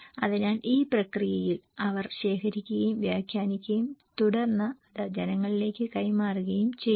അതിനാൽ ഈ പ്രക്രിയയിൽ അവർ ശേഖരിക്കുകയും വ്യാഖ്യാനിക്കുകയും തുടർന്ന് അത് ജനങ്ങളിലേക്ക് കൈമാറുകയും ചെയ്യുന്നു